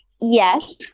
yes